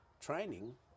training